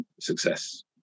success